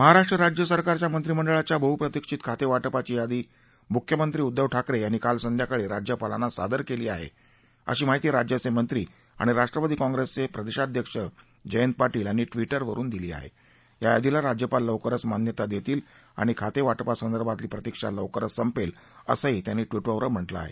महाराष्ट्र राज्य सरकारच्या मंत्रीमंडाळाच्या बहुप्रतिक्षित खातद्वा पिची यादी मुख्यमंत्री उद्दव ठाकर आंनी काल संध्याकाळी राज्यपालांना सादर कली आह अशी माहिती राज्याचक्रिती आणि राष्ट्रवादी काँग्रस्प्रितिक्षीध्यक्ष जयंत पार्शित यांनी भिउवरून दिली आह आ यादीला राज्यपाल लवकरच मान्यता दर्शील आणि खातद्या प्रासंदर्भातली प्रतिक्षा लवकरच संपद्धी असंही त्यांनी ि उवर म्ह कें आह